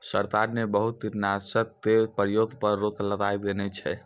सरकार न बहुत कीटनाशक के प्रयोग पर रोक लगाय देने छै